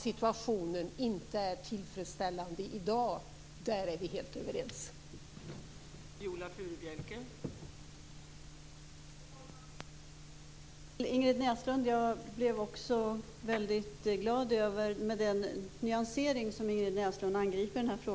Situationen är inte tillfredsställande i dag - det är vi också helt överens om.